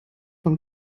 von